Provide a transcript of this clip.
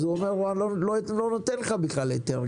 אז הוא אומר: אני לא נותן לך בכלל היתר,